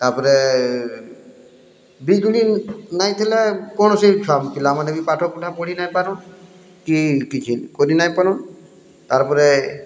ତା'ପରେ ବିଜୁଳି ନାଇଁ ଥିଲେ କୌଣସି ଛୁଆ ପିଲାମାନେ ବି ପାଠ ପଢ଼ା ପଢ଼ି ନାଇଁ ପାରନ୍ କି କିଛି କରି ନାଇଁ ପାରନ୍ ତାର୍ ପରେ